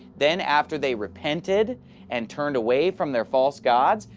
then after they repented and turned away from their false gods,